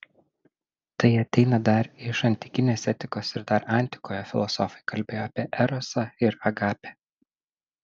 tai ateina dar iš antikinės etikos ir dar antikoje filosofai kalbėjo apie erosą ir agapę